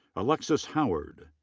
alexis howard.